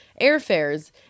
airfares